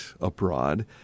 abroad